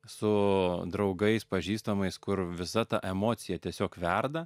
su draugais pažįstamais kur visa ta emocija tiesiog verda